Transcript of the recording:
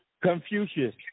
Confucius